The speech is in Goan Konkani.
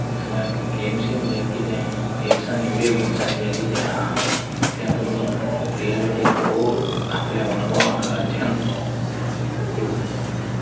दुसऱ्यांक गेम्स म्हुणजे कितें गेम्स आनी व्हिडियो गेम्सान जें कितें आहा तें तुमी रियेलिटीन वो आपले अणभोवान घालचें न्हू बरें